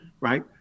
right